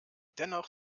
dennoch